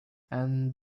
and